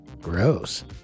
gross